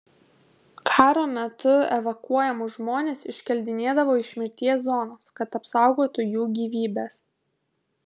karo metu evakuojamus žmones iškeldindavo iš mirties zonos kad apsaugotų jų gyvybes